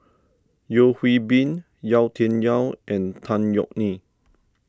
Yeo Hwee Bin Yau Tian Yau and Tan Yeok Nee